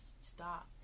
stop